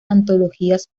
antologías